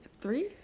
Three